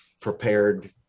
prepared